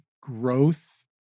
growth